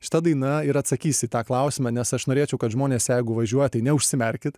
šita daina ir atsakys į tą klausimą nes aš norėčiau kad žmonės jeigu važiuoja tai neužsimerkit